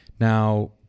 now